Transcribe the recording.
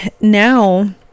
now